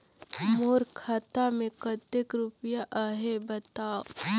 मोर खाता मे कतेक रुपिया आहे बताव?